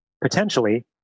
potentially